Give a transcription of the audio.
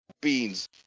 beans